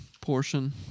portion